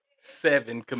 Seven